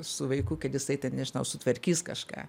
su vaiku kad jisai ten nežinau sutvarkys kažką